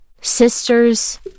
Sisters